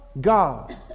God